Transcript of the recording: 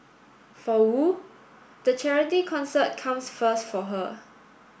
for Wu the charity concert comes first for her